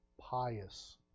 pious